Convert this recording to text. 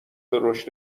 رشد